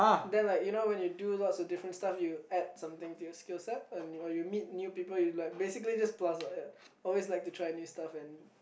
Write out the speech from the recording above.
then like you know when you do lots of different stuff you add something to your skill set or or you meet new people you like basically just plus lah ya always like to try new stuff and